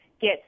get